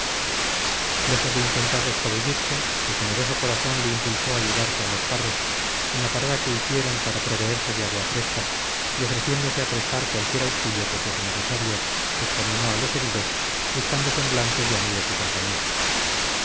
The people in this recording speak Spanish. lejos de intentar escabullirse su generoso corazón le impulsó a llegarse a los carros en la parada que hicieron para proveerse de agua fresca y ofreciéndose a prestar cualquier auxilio que fuese necesario examinó a los heridos buscando semblantes de amigos y compañeros